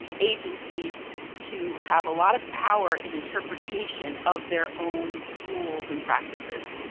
agencies to have a lot of power in interpretation of their own rules and practices.